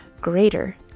greater